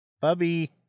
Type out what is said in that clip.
Bubby